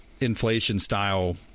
inflation-style –